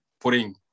putting